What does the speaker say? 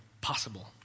possible